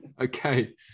Okay